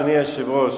אדוני היושב-ראש,